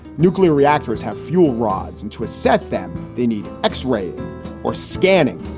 nuclear reactors have fuel rods and to assess them. they need x ray or scanning.